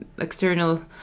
external